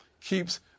keeps